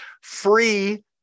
free